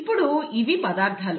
ఇప్పుడు ఇవి పదార్థాలు